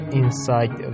inside